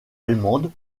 allemande